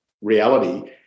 reality